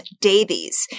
Davies